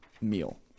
meal